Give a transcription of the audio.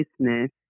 business